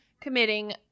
committing